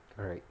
correct